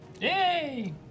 Yay